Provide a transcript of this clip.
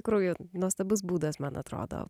nuostabus būdas man atrodo